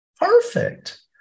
perfect